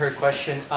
ah question,